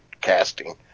casting